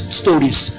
stories